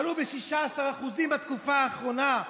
עלו ב-16% בתקופה האחרונה,